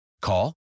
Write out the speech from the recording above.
Call